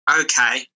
Okay